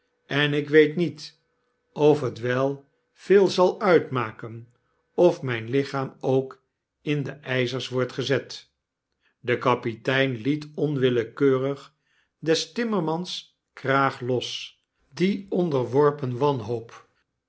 en ik weet niet of het wel veel zal uitmaken of myn lichaam ook in de ijzers wordt gezet de kapitein liet onwillekeurig des timmermans kraag los die onderworpen wanhoop